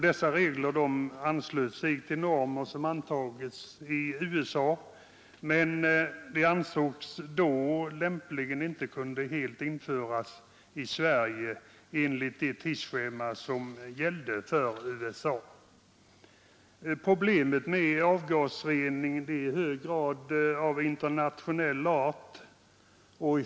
Dessa regler anslöt sig till normer som antagits i USA, men de ansågs då inte lämpligen kunna införas i Sverige enligt det tidsschema som gällde för USA. Problemet med avgasrening är i hög grad av internationell art.